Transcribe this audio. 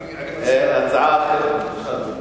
הצעה אחרת, בבקשה, אדוני.